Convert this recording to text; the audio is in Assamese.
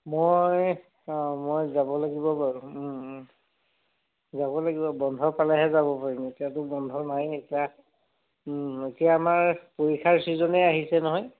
মই যাব লাগিব বাৰু যাব লাগিব বন্ধ পালেহে যাব পাৰিম এতিয়াতো বন্ধ নাইয়ে এতিয়া এতিয়া আমাৰ পৰীক্ষাৰ ছিজনেই আহিছে নহয়